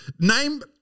name